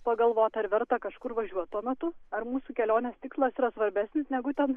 pagalvot ar verta kažkur važiuot tuo metu ar mūsų kelionės tikslas yra svarbesnis negu ten